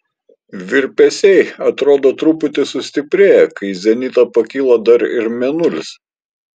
virpesiai atrodo truputį sustiprėja kai į zenitą pakyla dar ir mėnulis